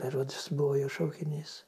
berods buvo jo šaukinys